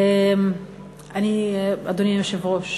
אני, אדוני היושב-ראש,